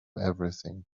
everything